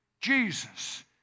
Jesus